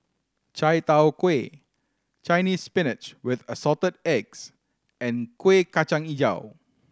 chai tow kway Chinese Spinach with Assorted Eggs and Kuih Kacang Hijau